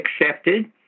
accepted